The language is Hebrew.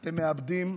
מאבדים,